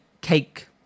cake